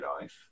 life